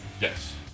Yes